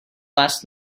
last